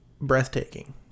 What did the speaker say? breathtaking